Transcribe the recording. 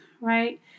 right